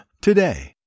today